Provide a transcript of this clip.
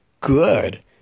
good